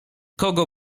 kogo